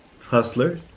hustler